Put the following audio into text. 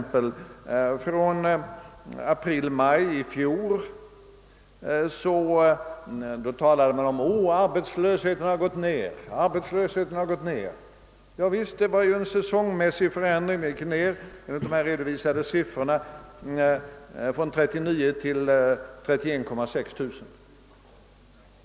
Från april maj i fjol redovisar man, för att ta eti exempel, en nedgång i arbetslösheten. Javisst, det var en säsongmässig förändring; arbetslösheten minskade från 39 000 till 31 600.